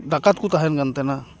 ᱰᱟᱠᱟᱛ ᱠᱚ ᱛᱟᱦᱮᱱ ᱠᱟᱱ ᱛᱟᱦᱮᱱᱟ